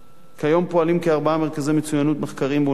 כיום פועלים כארבעה מרכזי מצוינות מחקריים באוניברסיטאות,